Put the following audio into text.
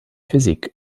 physik